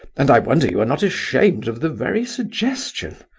and i wonder you are not ashamed of the very suggestion.